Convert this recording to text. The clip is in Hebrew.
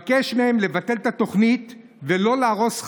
אני מבקש מהם לבטל את התוכנית ולא להרוס,